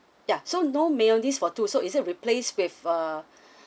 ya so no mayonnaise for two so isn't replace with err